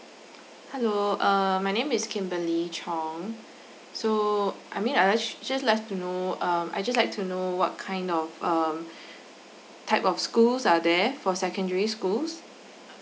hello err my name is kimberly chong so I mean just like to know um I just like to know what kind of um type of schools are there for secondary schools